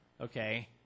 okay